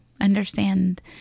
understand